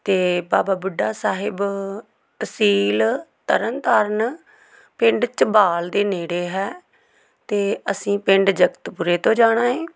ਅਤੇ ਬਾਬਾ ਬੁੱਢਾ ਸਾਹਿਬ ਤਹਿਸੀਲ ਤਰਨ ਤਾਰਨ ਪਿੰਡ ਝਬਾਲ ਦੇ ਨੇੜੇ ਹੈ ਅਤੇ ਅਸੀਂ ਪਿੰਡ ਜਗਤਪੁਰੇ ਤੋਂ ਜਾਣਾ ਹੈ